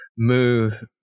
move